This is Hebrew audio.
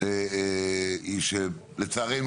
היא שלצערנו,